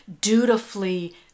dutifully